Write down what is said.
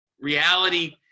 reality